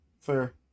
fair